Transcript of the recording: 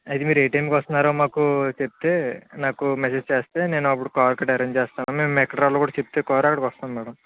అయితే మీరు ఏ టైముకి వస్తునారో మాకు చెప్తే నాకు మెసెజ్ చేస్తేనేను అపుడు కారు గట్ట అరేంజ్ చేస్తాను మేము ఎక్కడికి రావాలో చెప్తే కారు కూడా అక్కడికి వస్తాం మ్యాడం